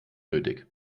nötig